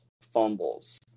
fumbles